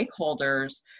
stakeholders